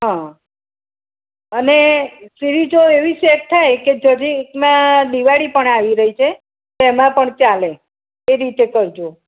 હાં અને સિરિઝો એવી સેટ થાય કે જરીકમાં દિવાળી પણ આવી રહી છે તો એમાં પણ ચાલે એ રીતે કરજો